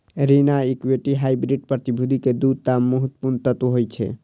ऋण आ equity hybrid प्रतिभूति के दू टा महत्वपूर्ण तत्व होइ छै